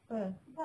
[pe]